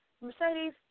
Mercedes